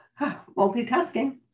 Multitasking